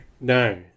No